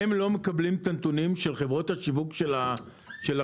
הם לא מקבלים את הנתונים של חברות השיווק של הרשתות.